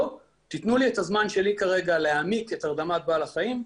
או תנו לי את הזמן שלי כרגע להעמיק את הרדמת בעל החיים,